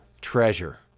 Treasure